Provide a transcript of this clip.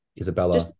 Isabella